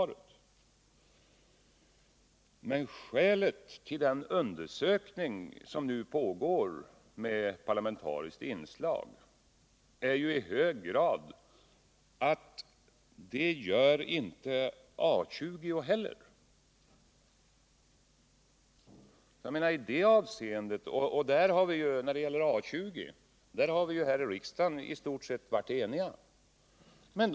Det är skälet till den undersökning som nu görs med parlamentariskt inslag. När det gäller A 20 har vi i stort sett varit eniga i riksdagen.